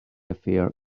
affair